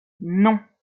non